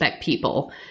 people